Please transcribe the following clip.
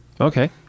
Okay